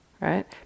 right